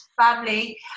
family